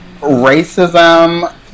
racism